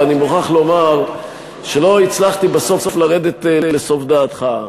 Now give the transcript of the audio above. ואני מוכרח לומר שלא הצלחתי בסוף לרדת לסוף דעתך.